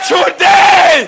Today